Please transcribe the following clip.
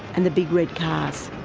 and the big red cars.